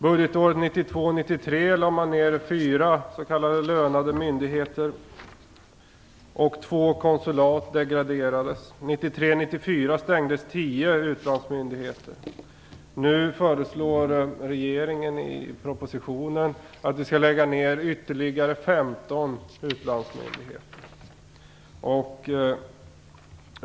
Budgetåret 1992 94 stängdes tio utlandsmyndigheter. Nu föreslår regeringen i propositionen att vi skall lägga ner ytterligare femton utlandsmyndigheter.